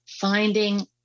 finding